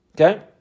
Okay